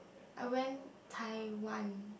I went Taiwan